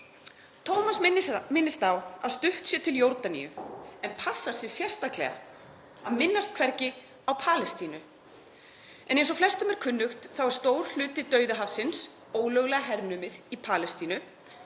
„Tómas minnist á að stutt sé til Jórdaníu en passar sig sérstaklega að minnast hvergi á Palestínu — en eins og flestum er kunnugt þá er stór hluti Dauðahafsins (ólöglega hernumið) í Palestínu,